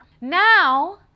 Now